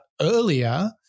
earlier